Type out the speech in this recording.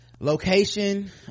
location